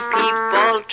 people